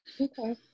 Okay